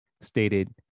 stated